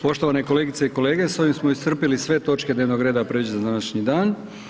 Poštovane kolegice i kolege s ovim smo iscrpili sve točke dnevnog reda predviđene za današnji dan.